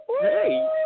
Hey